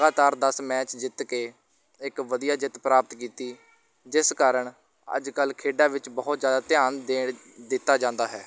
ਲਗਾਤਾਰ ਦਸ ਮੈਚ ਜਿੱਤ ਕੇ ਇੱਕ ਵਧੀਆ ਜਿੱਤ ਪ੍ਰਾਪਤ ਕੀਤੀ ਜਿਸ ਕਾਰਨ ਅੱਜ ਕੱਲ੍ਹ ਖੇਡਾਂ ਵਿੱਚ ਬਹੁਤ ਜ਼ਿਆਦਾ ਧਿਆਨ ਦੇਣ ਦਿੱਤਾ ਜਾਂਦਾ ਹੈ